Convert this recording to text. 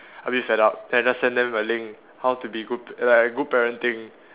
a bit fed up then I just send them a link how to be good like good parenting